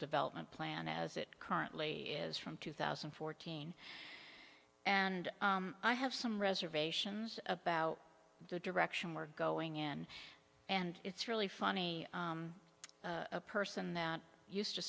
development plan as it currently is from two thousand and fourteen and i have some reservations about the direction we're going in and it's really funny a person that used to